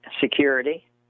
security